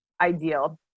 ideal